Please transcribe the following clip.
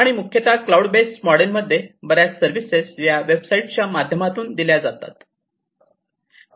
आणि मुख्यतः cloud based मॉडेलमध्ये बऱ्याच सर्विसेस या वेबसाईटच्या माध्यमातून दिल्या जातात बरोबर